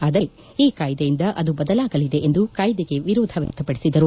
ಆದರೆ ಈ ಕಾಯ್ದೆಯಿಂದ ಅದು ಬದಲಾಗಲಿದೆ ಎಂದು ಕಾಯ್ದೆಗೆ ವಿರೋಧ ವ್ಯಕ್ತಪಡಿಸಿದರು